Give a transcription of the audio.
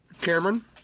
Cameron